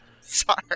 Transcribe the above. sorry